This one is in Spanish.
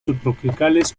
subtropicales